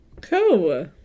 Cool